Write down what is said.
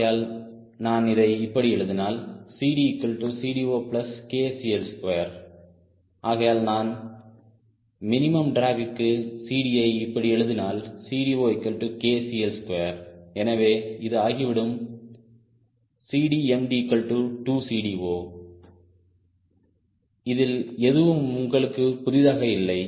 ஆகையால் நான் இதை இப்படி எழுதினால் CDCD0kCL2 ஆகையால் நான் மினிமம் டிராக் க்கு CD யை இப்படி எழுதினால் CD0kCL2 எனவே இது ஆகிவிடும் CDmD2CD0 இதில் எதுவும் உங்களுக்கு புதிதாக இல்லை